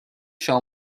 show